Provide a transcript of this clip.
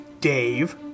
Dave